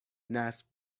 نصب